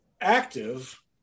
active